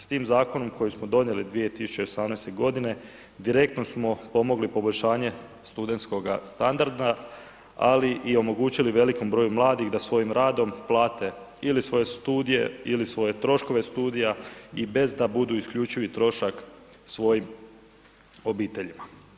S tim zakonom kojeg smo donijeli 2018. godine direktno smo pomogli poboljšanje studentskoga standarda, ali i omogućili velikom broju mladih da svojim radom plate ili svoje studije ili svoje troškove studija i bez da budu isključivo trošak svojim obiteljima.